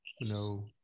No